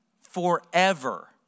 forever